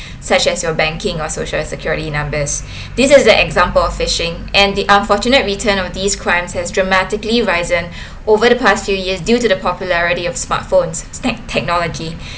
such as you're banking on social security numbers this is an example of phishing and the unfortunate return of these crimes has dramatically risen over the past few years due to the popularity of smartphones tech~ technology